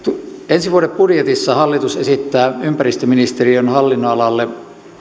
ensi vuoden budjetissa hallitus esittää ympäristöministeriön hallinnonalalle